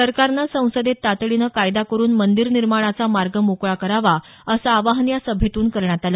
सरकारनं संसदेत तातडीनं कायदा करुन मंदिर निर्माणाचा मार्ग मोकळा करावा असं आवाहन या सभेतून करण्यात आलं